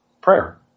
Prayer